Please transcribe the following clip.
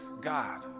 God